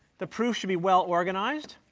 the proof should be well organized.